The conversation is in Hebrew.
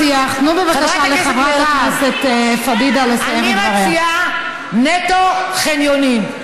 תגידי לה שתעשה תוכנית "נטו חניונים".